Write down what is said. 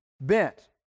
bent